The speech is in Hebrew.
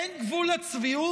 אין גבול לצביעות?